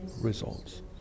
results